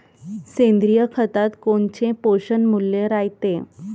सेंद्रिय खतात कोनचे पोषनमूल्य रायते?